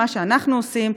מה שאנחנו עושים,